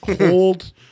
hold